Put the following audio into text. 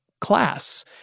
class